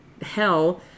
hell